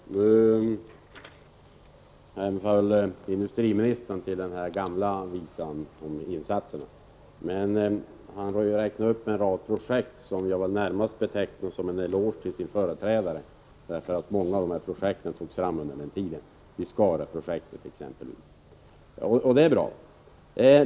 Fru talman! Nu hemfaller industriministern till den gamla visan om insatserna. Han har räknat upp en rad projekt, och det får väl närmast ses som en eloge till hans företrädare. Många av projekten togs nämligen fram under den tiden —t.ex. Viscariaprojektet — och detta är naturligtvis bra.